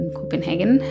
Copenhagen